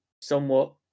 somewhat